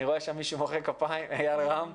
אני רואה שם מישהו מוחא כפיים, איל רם,